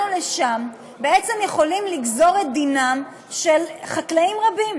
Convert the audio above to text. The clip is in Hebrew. או לשם בעצם יכולים לגזור את דינם של חקלאים רבים.